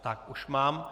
Tak už mám.